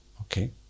Okay